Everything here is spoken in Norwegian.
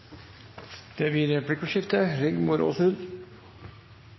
Det blir replikkordskifte.